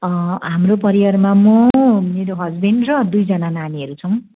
हाम्रो परिवारमा म मेरो हसबेन्ड र दुइजना नानीहरू छौँ